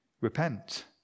repent